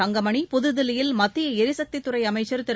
தங்கமணி புதுதில்லியில் மத்திய எரிசக்தித்துறை அமைச்சர் திரு